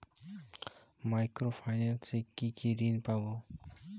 Micro finance এ কি কি ঋণ পাবো?